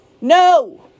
no